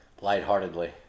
Lightheartedly